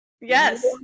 Yes